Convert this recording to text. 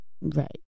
right